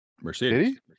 Mercedes